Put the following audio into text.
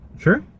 Sure